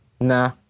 Nah